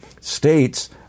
states